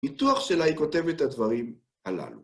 ניתוח שלה היא כותבת את הדברים הללו.